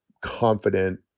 confident